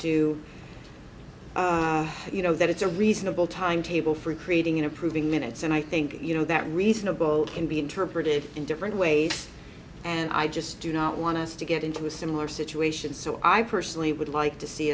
to you know that it's a reasonable timetable for creating an approving minutes and i think you know that reasonable can be interpreted in different ways and i just do not want us to get into a similar situation so i personally would like to see